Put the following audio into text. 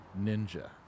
Ninja